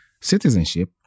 citizenship